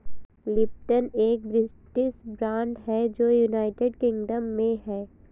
Lipton एक British brand है जो यूनाइटेड किंगडम में है